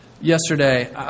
Yesterday